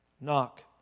Knock